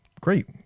great